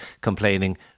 complaining